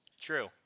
True